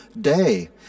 day